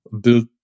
built